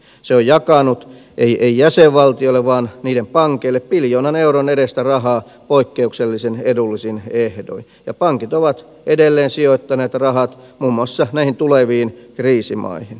se on jakanut ei jäsenvaltioille vaan niiden pankeille biljoonan euron edestä rahaa poikkeuksellisen edullisin ehdoin ja pankit ovat edelleen sijoittaneet rahat muun muassa näihin tuleviin kriisimaihin